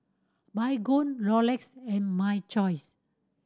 Baygon Rolex and My Choice